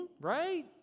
Right